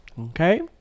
Okay